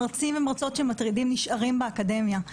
מרצים ומרצות שמטרידים נשארים באקדמיה.